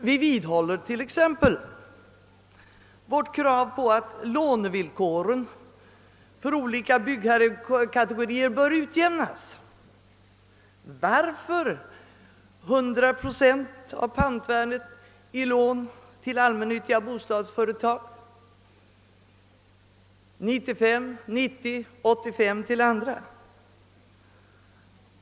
Vi vidhåller t.ex. vårt krav på att lånevillkoren för olika byggherrekategorier bör utjämnas. Varför beviljas 100 procent av pantvärdet i lån till allmännyttiga bostadsföretag mot 85—95 procent för andra företag?